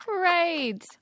right